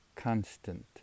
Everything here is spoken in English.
constant